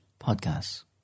podcasts